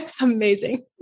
Amazing